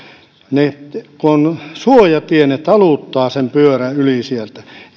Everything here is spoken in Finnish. kun on suojatie ne taluttaisivat sen pyörän yli sieltä